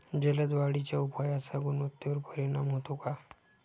जलद वाढीच्या उपायाचा गुणवत्तेवर परिणाम होतो का?